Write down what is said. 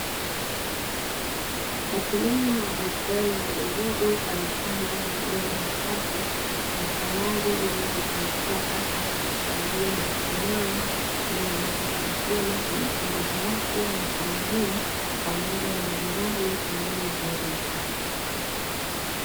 Mkulima wa bustani ndogondogo amepanda migomba michache na tayari ndizi zimetoka akizisubiria zikomae ili aweze kuzichuma kwa matumizi yake na familia pamoja na majirani waliyomzunguka.